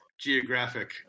geographic